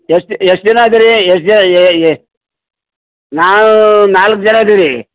ಎಷ್ಟು ಎಷ್ಟು ಜನ ಅದೀರಿ ಎಷ್ಟು ಜ ಎ ಎ ನಾವು ನಾಲ್ಕು ಜನ ಅದೀವಿ ರೀ